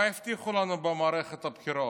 מה הבטיחו לנו במערכת הבחירות?